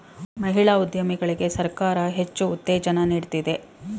ಮಹಿಳಾ ಉದ್ಯಮಿಗಳಿಗೆ ಸರ್ಕಾರ ಹೆಚ್ಚು ಉತ್ತೇಜನ ನೀಡ್ತಿದೆ